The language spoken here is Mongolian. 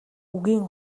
үгийн